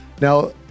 Now